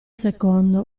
secondo